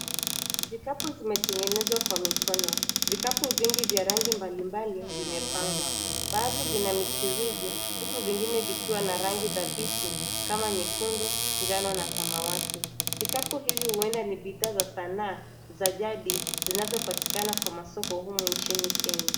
Vikapu zimetengenezwa kwa mikono. Vikapu vingi vya rangi mbalimbali vimepangwa. Baadhi vina michirizi, huku vingine vikiwa na rangi dhabiti kama nyekundu, njano na samawati. Vikapu hivi huenda ni bidhaa za sanaa za jadi zinazo patikana kwa masoko humu nchini Kenya.